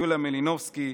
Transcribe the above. יוליה מלינובסקי,